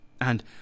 And